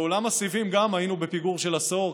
גם בעולם הסיבים היינו בפיגור של עשור,